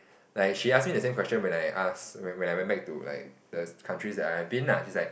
like she ask me the same question when I ask when when I went back to the like countries that I've been lah she's like